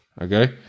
Okay